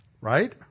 Right